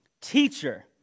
Teacher